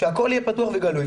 שהכל יהיה פתוח וגלוי.